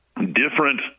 different